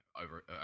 over